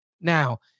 now